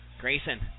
Grayson